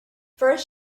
first